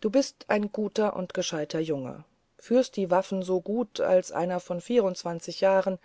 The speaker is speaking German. du bist ein guter und gescheiter junge führst die waffen so gut als einer von jahren